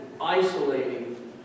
isolating